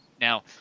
Now